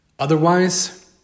Otherwise